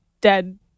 dead